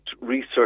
research